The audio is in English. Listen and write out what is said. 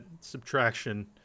subtraction